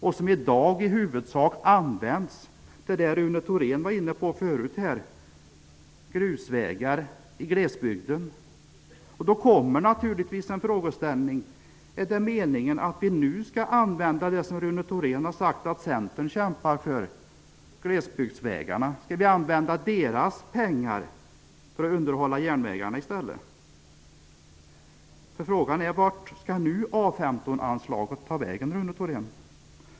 Det används i dag i huvudsak till det som Rune Thorén var inne på förut, nämligen grusvägar i glesbygden. Är det meningen att vi skall använda pengarna till glesbygdsvägarna, som Rune Thorén har sagt att Centern kämpar för, till att underhålla järnvägarna? Vart skall nu pengarna i A 15 ta vägen, Rune Thorén?